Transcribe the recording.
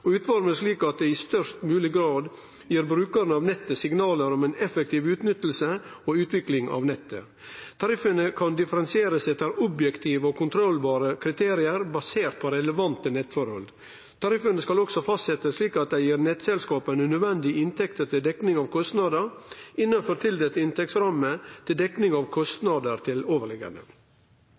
og utformes slik at de i størst mulig grad gir brukerne av nettet signaler om effektiv utnyttelse og utvikling av nettet. Tariffene skal differensieres etter objektive og kontrollerbare kriterier basert på relevante nettforhold. Tariffene skal også fastsettes slik at de gir nettselskapene nødvendige inntekter til dekning av kostnader innenfor tildelt inntektsramme og dekning av kostnader til overliggende